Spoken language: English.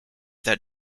that